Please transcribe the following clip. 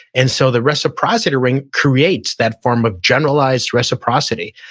and so the reciprocity ring creates that form of generalized reciprocity.